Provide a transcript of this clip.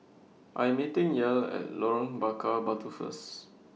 I Am meeting Yael At Lorong Bakar Batu First